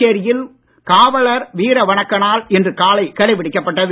புதுச்சேரியில் காவலர் வீர வணக்க நாள் இன்று காலை கடைபிடிக்கப்பட்டது